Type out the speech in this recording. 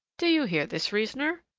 do you hear this reasoner?